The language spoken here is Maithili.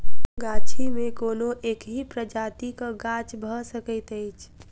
गाछी मे कोनो एकहि प्रजातिक गाछ भ सकैत अछि